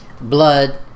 Blood